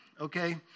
okay